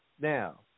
Now